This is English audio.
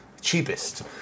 cheapest